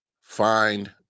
find